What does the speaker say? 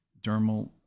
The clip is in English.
dermal